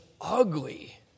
ugly